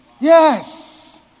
Yes